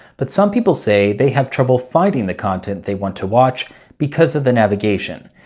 but some people say they have trouble finding the content they want to watch because of the navigation.